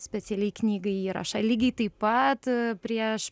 specialiai knygai įrašą lygiai taip pat prieš